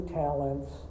talents